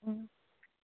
ꯎꯝ